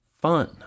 fun